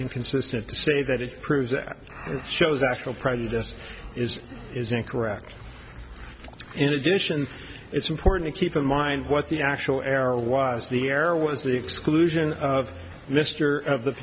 inconsistent to say that it proves that shows actual prejudice is is incorrect in addition it's important to keep in mind what the actual error was the error was the exclusion of mr of the